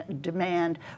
demand